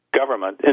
government